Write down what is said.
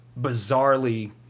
bizarrely